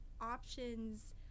options